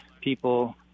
people